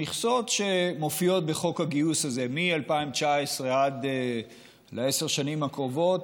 המכסות שמופיעות בחוק הגיוס הזה מ-2019 לעשר השנים הקרובות